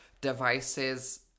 device's